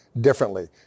differently